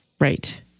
Right